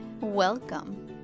Welcome